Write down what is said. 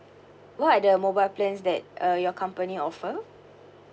what are the mobile plans that uh your company offer